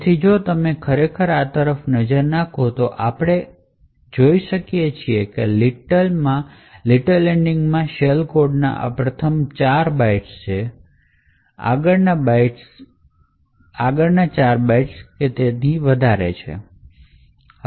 તેથી જો તમે ખરેખર આ તરફ નજર નાખો તો આપણે જોઈ શકીએ છીએ કે Little માં શેલ કોડના આ પ્રથમ ચાર બાઇટ્સ છે Endian notation આગળના ચાર બાઇટ્સ અને તેથી વધુ